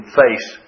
face